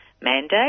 mandate